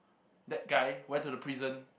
that guy went to the prison